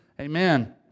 Amen